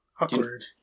awkward